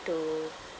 to